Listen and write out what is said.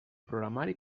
programari